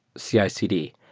cicd,